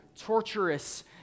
torturous